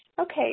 Okay